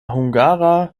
hungara